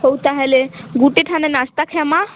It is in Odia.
ହଉ ତାହେଲେ ଗୁଟେ ଠାନେ ନାସ୍ତା ଖାଏମା